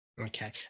Okay